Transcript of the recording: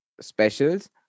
specials